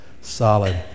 solid